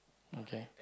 okay